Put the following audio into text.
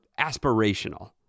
aspirational